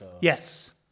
Yes